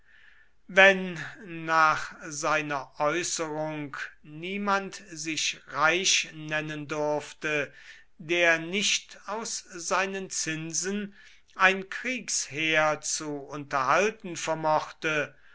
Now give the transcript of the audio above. wenn nach seiner äußerung niemand sich reich nennen durfte der nicht aus seinen zinsen ein kriegsheer zu unterhalten vermochte